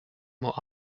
more